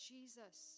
Jesus